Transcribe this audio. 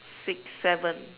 six seven